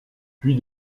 puis